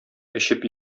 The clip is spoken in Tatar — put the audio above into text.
эчеп